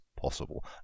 possible